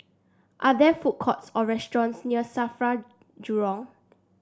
are there food courts or restaurants near Safra Jurong